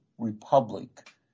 republic